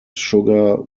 sugar